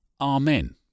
amen